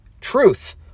Truth